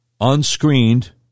unscreened